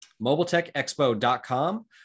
MobileTechExpo.com